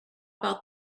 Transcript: about